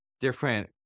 different